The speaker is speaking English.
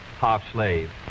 half-slave